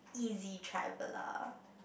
easy traveller